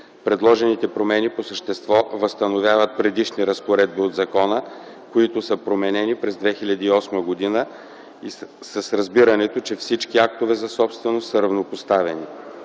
Предложените промени по същество възстановяват предишни разпоредби от закона, които са променени през 2008 г. с разбирането, че всички актове за собственост са равнопоставени.